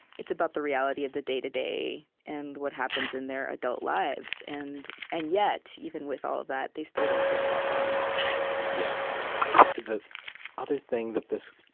it's about the reality of the day-to-day and what happens in their adult lives. and and yet, even with all of that, they still don't break that bond yeah the other thing that this